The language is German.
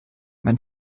mein